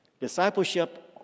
Discipleship